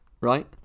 right